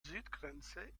südgrenze